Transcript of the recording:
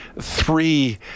three